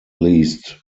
least